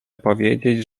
powiedzieć